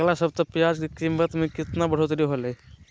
अगला सप्ताह प्याज के कीमत में कितना बढ़ोतरी होलाय?